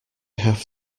have